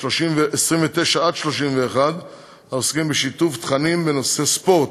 התשע"ז 2016,